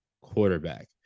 quarterback